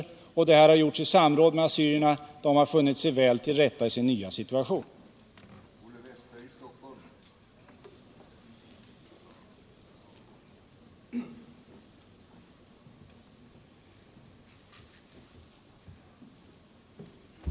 Förflyttningen Torsdagen den har gjorts i samråd med assyrierna, som funnit sig väl till rätta i sin nya 13 april 1978 situation.